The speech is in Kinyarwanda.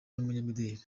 n’umunyamideli